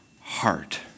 heart